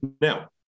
Now